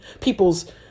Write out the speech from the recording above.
people's